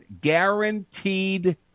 guaranteed